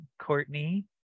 courtney